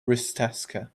risteska